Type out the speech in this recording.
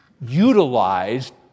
utilized